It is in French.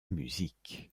musique